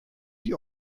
die